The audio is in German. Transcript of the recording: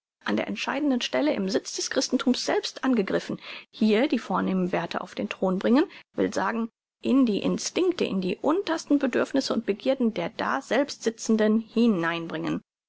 an der entscheidenden stelle im sitz des christenthums selbst angreifen hier die vornehmen werthe auf den thron bringen will sagen in die instinkte in die untersten bedürfnisse und begierden der daselbst sitzenden